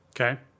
Okay